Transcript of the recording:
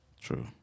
True